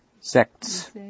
sects